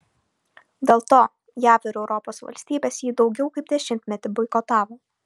dėl to jav ir europos valstybės jį daugiau kaip dešimtmetį boikotavo